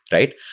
right?